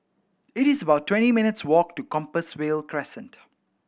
it's about twenty minutes' walk to Compassvale Crescent